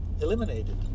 eliminated